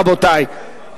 רבותי.